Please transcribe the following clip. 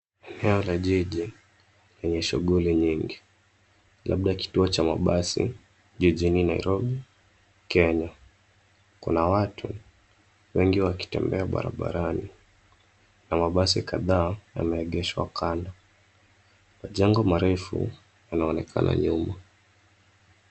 Eneo la jiji lenye shuguli nyingi, labda kituo cha mabasi jijini Nairobi ,Kenya. Kuna watu wengi wakitembea barabarani na mabasi kadhaa yameegeshwa kando. Majengo marefu yanaonekana nyuma,